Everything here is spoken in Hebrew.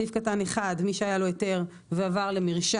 סעיף קטן (1) מי שהיה לו היתר ועבר למרשם,